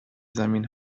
زمین